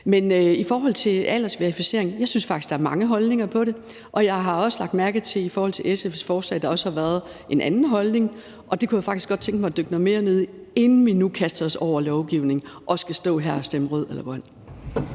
vel? I forhold til aldersverificering vil jeg sige, at jeg faktisk synes, at der er mange holdninger til det, og jeg har også lagt mærke til i forhold til SF's forslag, at der også har været en anden holdning. Det kunne jeg faktisk godt tænke mig at dykke noget mere ned i, inden vi nu kaster os over noget lovgivning og skal stå her og stemme rødt eller grønt.